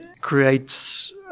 creates